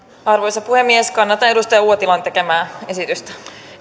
arvoisa puhemies kannatan edustaja uotilan tekemää esitystä